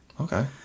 Okay